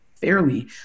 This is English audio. fairly